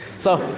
so,